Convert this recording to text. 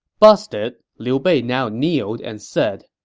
busted, liu bei now kneeled and said,